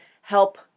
help